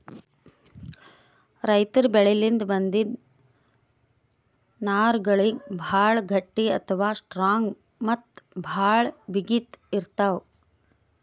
ರೈತರ್ ಬೆಳಿಲಿನ್ದ್ ಬಂದಿಂದ್ ನಾರ್ಗಳಿಗ್ ಭಾಳ್ ಗಟ್ಟಿ ಅಥವಾ ಸ್ಟ್ರಾಂಗ್ ಮತ್ತ್ ಭಾಳ್ ಬಿಗಿತ್ ಇರ್ತವ್